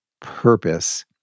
purpose